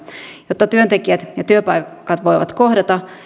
jotta työntekijät ja työpaikat voivat kohdata